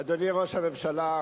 אדוני ראש הממשלה,